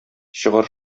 чыгар